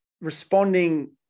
responding